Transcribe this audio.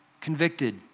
convicted